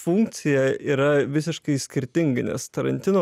funkcija yra visiškai skirtinga nes tarantino